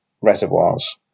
reservoirs